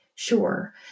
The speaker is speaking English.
Sure